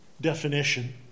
definition